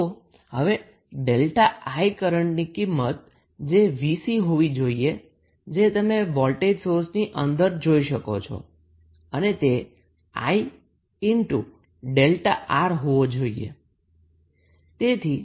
તો હવે 𝛥𝐼 કરન્ટની કિંમત જે 𝑉𝑐 હોવે જોઈએ જે તમે વોલ્ટેજ સોર્સની સંદર જોઈ શકો છો અને તે 𝐼𝛥𝑅 હોવો જોઈએ